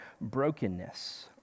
brokenness